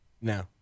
No